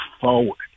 forward